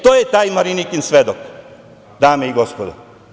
To je taj Marinikin svedok, dame i gospodo.